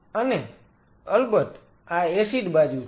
અને અલબત્ત આ એસિડિક બાજુ છે